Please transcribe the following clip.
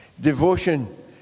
Devotion